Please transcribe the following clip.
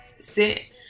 sit